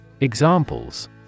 Examples